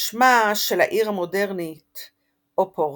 שמה של העיר המודרנית אופורטו,